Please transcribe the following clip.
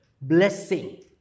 blessing